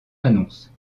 annonce